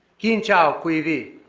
kinh chao qui vi